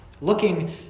looking